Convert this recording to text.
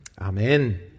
Amen